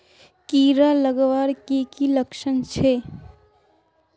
कीड़ा लगवार की की लक्षण छे?